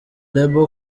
label